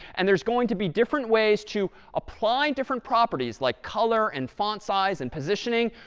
and there's going to be different ways to apply different properties, like color and font size and positioning,